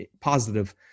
positive